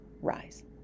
rise